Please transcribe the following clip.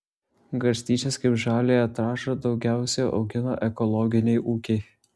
garstyčias kaip žaliąją trąšą daugiausiai augina ekologiniai ūkiai